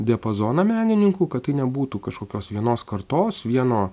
diapazoną menininkų kad tai nebūtų kažkokios vienos kartos vieno